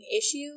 issue